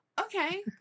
Okay